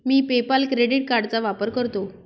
मी PayPal credit कार्डचा वापर करतो